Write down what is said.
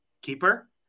keeper